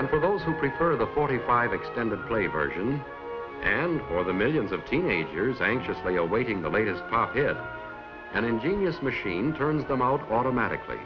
or for those who prefer the forty five extended play version than for the millions of teenagers anxiously awaiting the latest and ingenious machine turns them out automatically